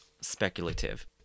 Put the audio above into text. speculative